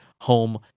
home